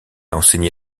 enseigné